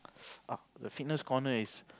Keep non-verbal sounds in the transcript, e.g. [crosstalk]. [noise] ah the fitness corner is